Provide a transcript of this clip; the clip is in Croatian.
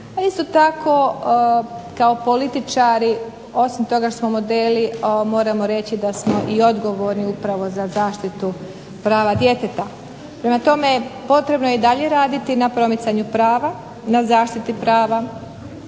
isto tako kao političari osim toga što smo modeli moramo reći da smo i odgovorni upravo za zaštitu prava djeteta. Prema tome, potrebno je i dalje raditi na promicanju prava, na zaštiti prava